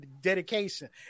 dedication